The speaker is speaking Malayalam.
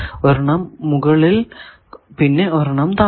ഒരെണ്ണം മുകളിൽ പിന്നെ ഒരെണ്ണം താഴെ